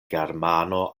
germano